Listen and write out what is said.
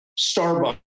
Starbucks